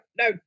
no